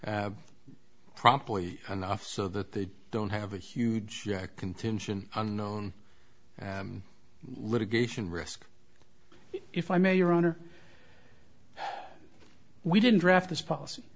promptly enough so that they don't have a huge contingent unknown and litigation risk if i may your honor we didn't draft this policy